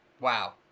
Wow